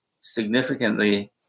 significantly